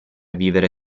vivere